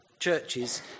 churches